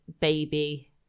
baby